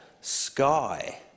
sky